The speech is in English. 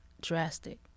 drastic